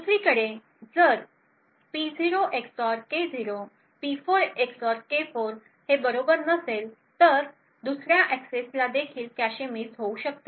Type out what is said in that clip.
दुसरीकडे जर P0 XOR K0 P4 XOR K4 बरोबर नसेल तर दुसर्या एक्सेस देखील कॅशे मिस होऊ शकते